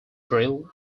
brill